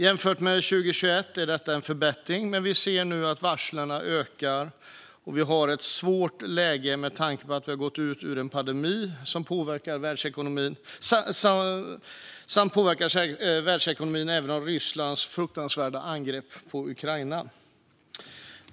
Jämfört med 2021 är detta en förbättring, men nu ökar varslen, och läget är svårt med tanke på att vi har gått ut ur en pandemi som påverkar världsekonomin samt Rysslands fruktansvärda angrepp på Ukraina.